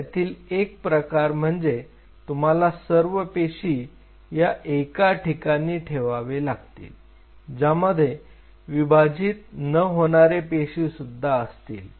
त्यातील एक प्रकार म्हणजे तुम्हाला सर्व पेशी या एका ठिकाणी ठेवावे लागतील ज्यामध्ये विभाजित न होणारे पेशी सुद्धा असतील